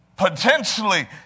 potentially